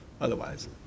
otherwise